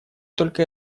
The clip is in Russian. только